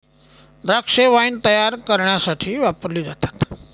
द्राक्षे वाईन तायार करण्यासाठी वापरली जातात